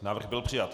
Návrh byl přijat.